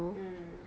mm